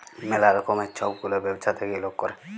ম্যালা রকমের ছব গুলা ব্যবছা থ্যাইকে লক ক্যরে